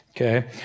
Okay